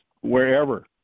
wherever